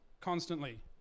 constantly